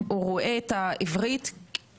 כלא אומרת לו כלום,